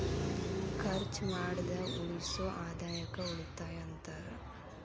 ಖರ್ಚ್ ಮಾಡ್ದ ಉಳಿಸೋ ಆದಾಯಕ್ಕ ಉಳಿತಾಯ ಅಂತಾರ